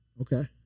Okay